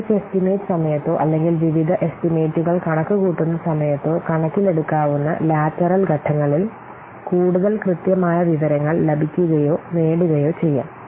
project estimate സമയത്തോ അല്ലെങ്കിൽ വിവിധ എസ്റ്റിമേറ്റുകൾ കണക്കുകൂട്ടുന്ന സമയത്തോ കണക്കിലെടുക്കാവുന്ന ലാറ്ററൽ ഘട്ടങ്ങളിൽ കൂടുതൽ കൃത്യമായ വിവരങ്ങൾ ലഭിക്കുകയോ നേടുകയോ ചെയ്യാം